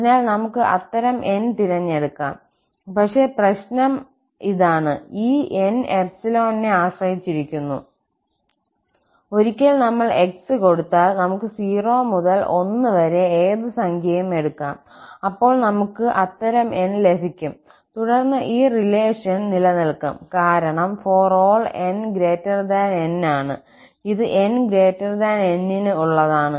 അതിനാൽ നമുക്ക് അത്തരം 𝑁 തിരഞ്ഞെടുക്കാം പക്ഷേ പ്രശ്നം ഇതാണ് ഈ 𝑁 𝜖 നെ ആശ്രയിച്ചിരിക്കുന്നു ഒരിക്കൽ നമ്മൾ 𝑥 കൊടുത്താൽ നമുക്ക് 0 മുതൽ 1 വരെ ഏത് സംഖ്യയും എടുക്കാം അപ്പോൾ നമുക്ക് അത്തരം 𝑁 ലഭിക്കും തുടർന്ന് ഈ റിലേഷൻ നിലനിൽക്കും കാരണം ∀𝑛𝑁 ആണ് ഇത് 𝑛N ന് ഉള്ളതാണ്